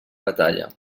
batalla